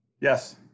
Yes